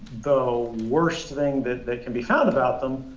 the worst thing that that can be found about them